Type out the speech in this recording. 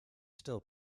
still